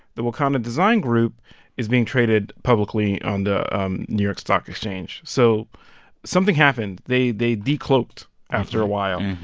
the wakandan design group is being traded publicly on the um new york stock exchange, so something happened. they they decloaked after a while.